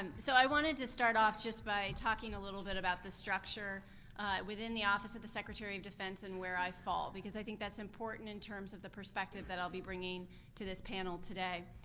and so i wanted to start off just by talking a little bit about the structure within the office of the secretary of defense and where i fall, because i think that's important in terms of the perspective that i'll be bringing to this panel today.